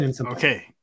Okay